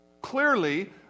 Clearly